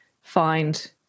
find